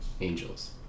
angels